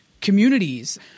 communities